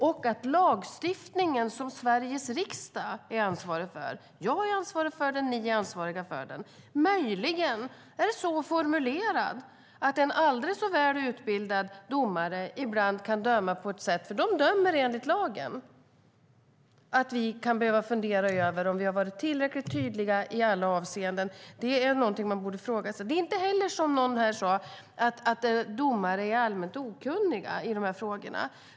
Och möjligen är lagstiftningen som Sveriges riksdag är ansvarig för - jag är ansvarig för den, och ni är ansvariga för den - så formulerad att en aldrig så väl utbildad domare ibland kan döma på ett sätt som gör att vi kan behöva fundera över om vi har varit tillräckligt tydliga i alla avseenden. Det är någonting man borde fråga sig. De dömer nämligen enligt lagen. Det är inte heller så, som någon här sade, att domare är allmänt okunniga i de här frågorna.